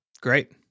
Great